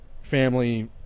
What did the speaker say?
family